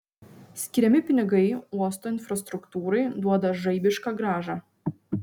skiriami pinigai uosto infrastruktūrai duoda žaibišką grąžą